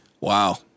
Wow